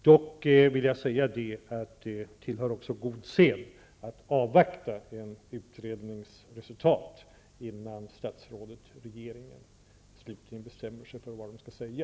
Jag vill dock säga att det tillhör god sed att avvakta en utrednings resultat innan statsrådet och regeringen slutligen bestämmer sig för vad de skall säga.